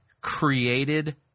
created